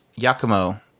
Yakumo